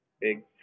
big